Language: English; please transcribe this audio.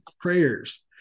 prayers